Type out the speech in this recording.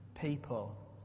people